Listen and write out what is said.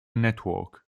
network